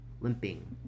limping